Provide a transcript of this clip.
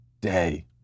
day